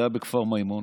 זה היה בכפר מימון.